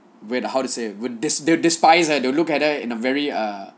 wait how to say would des~ they despise her they look at her in a very uh